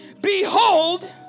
Behold